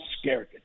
scared